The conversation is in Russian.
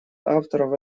авторов